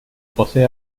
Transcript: posee